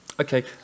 Okay